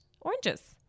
oranges